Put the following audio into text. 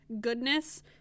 goodness